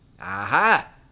Aha